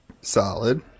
Solid